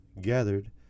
gathered